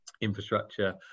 infrastructure